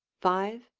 five,